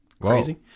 crazy